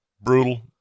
Brutal